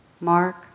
Mark